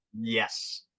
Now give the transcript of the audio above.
Yes